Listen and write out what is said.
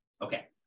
Okay